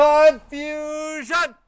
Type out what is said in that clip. Confusion